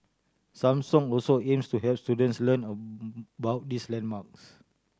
Samsung also aims to help students learn about these landmarks